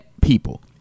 people